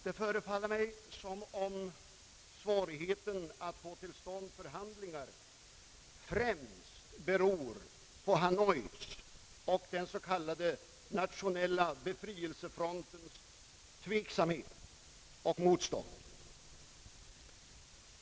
Det förefaller mig som om svårigheten att få till stånd förhandlingar främst beror på Hanois och den s.k. nationella befrielsefrontens tveksamhet och motstånd.